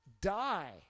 die